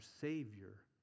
Savior